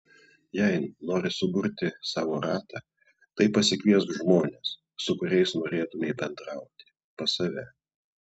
jei nori suburti savo ratą tai pasikviesk žmones su kuriais norėtumei bendrauti pas save